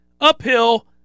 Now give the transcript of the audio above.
uphill